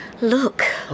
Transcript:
Look